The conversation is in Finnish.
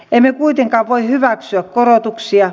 emme kuitenkaan voi hyväksyä korotuksia